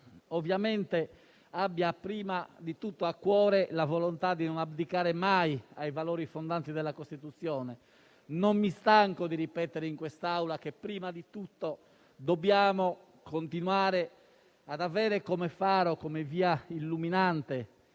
giudiziarie abbia prima di tutto a cuore la volontà di non abdicare mai ai valori fondanti della Costituzione. Non mi stanco di ripetere in quest'Aula che prima di tutto dobbiamo continuare ad avere come faro, come via illuminante,